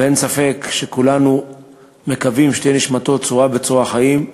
ואין ספק שכולנו מקווים שתהא נשמתו צרורה בצרור החיים,